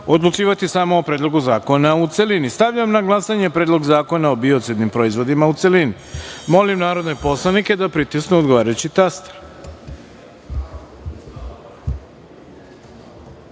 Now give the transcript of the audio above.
odlučivati samo o Predlogu zakona u celini. Stavljam na glasanje Predlog zakona o biocidnim proizvodima u celini. Molim narodne poslanike da pritisnu odgovarajući